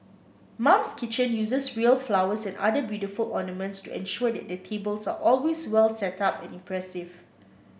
mum's Kitchen uses real flowers and other beautiful ornaments to ensure that their tables are always well setup and impressive